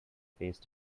phase